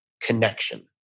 connection